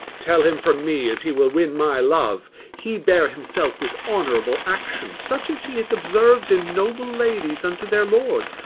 tell him from me as he will win my love he bear himself with honourable action, such as he hath observ'd in noble ladies unto their lords,